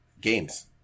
games